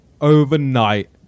overnight